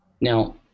Now